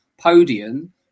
podium